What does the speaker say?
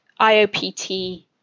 IOPT